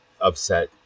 upset